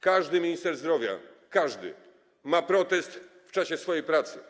Każdy minister zdrowia, każdy, ma protest w czasie swojej pracy.